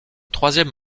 troisième